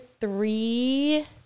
three